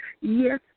Yes